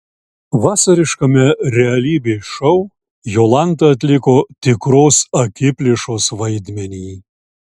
vasariškame realybės šou jolanta atliko tikros akiplėšos vaidmenį